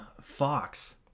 Fox